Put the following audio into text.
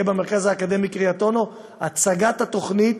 תהיה במרכז האקדמי קריית אונו הצגה של התוכנית,